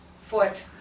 foot